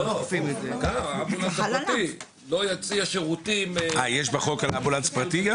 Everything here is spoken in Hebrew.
יש בחוק אמבולנס פרטי?